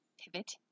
pivot